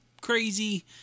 crazy